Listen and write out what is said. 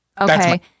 Okay